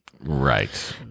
Right